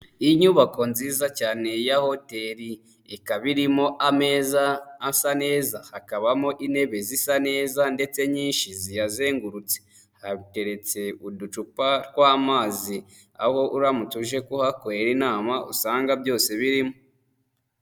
Inyubako nziza cyane ya hoteli ikaba irimo ameza asa neza, hakabamo intebe zisa neza ndetse nyinshi ziyazengurutse, hateretse uducupa tw'amazi aho uramutse uje kuhakorera inama usanga byose birimo.